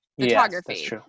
photography